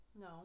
No